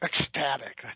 Ecstatic